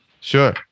Sure